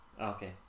Okay